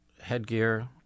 headgear